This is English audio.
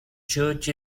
church